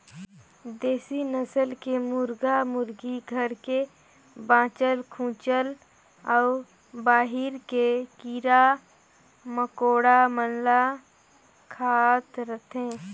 देसी नसल के मुरगा मुरगी घर के बाँचल खूंचल अउ बाहिर के कीरा मकोड़ा मन ल खात रथे